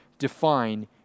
define